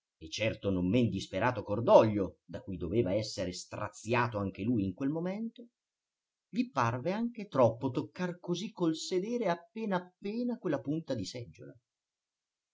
e certo non men disperato cordoglio da cui doveva essere straziato anche lui in quel momento gli parve anche troppo toccar così col sedere appena appena quella punta di seggiola